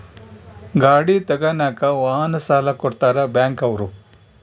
ಗಾಡಿ ತಗನಾಕ ವಾಹನ ಸಾಲ ಕೊಡ್ತಾರ ಬ್ಯಾಂಕ್ ಅವ್ರು